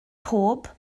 pob